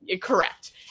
Correct